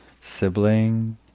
sibling